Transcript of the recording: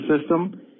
system